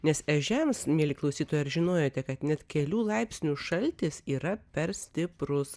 nes ežiams meili klausytojai ar žinojote kad net kelių laipsnių šaltis yra per stiprus